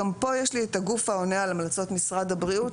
גם פה יש לי את הגוף העונה על המלצות משרד הבריאות,